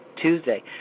Tuesday